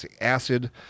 acid